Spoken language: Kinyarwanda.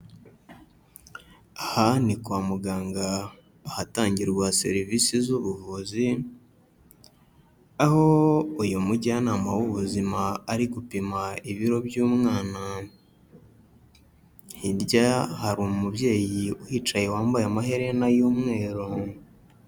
Aha ni kwa muganga ahatangirwa serivisi z'ubuvuzi, aho uyu mujyanama w'ubuzima ari gupima ibiro by'umwana, hirya hari umubyeyi uhicaye wambaye amaherena y'umweru.